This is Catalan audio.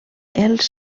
els